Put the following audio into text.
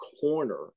corner